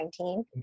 2019